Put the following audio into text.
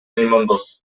меймандос